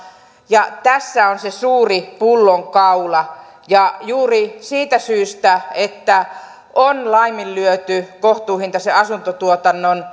ja tässä on se suuri pullonkaula juuri siitä syystä että on laiminlyöty kohtuuhintaisen asuntotuotannon